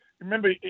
Remember